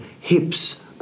hips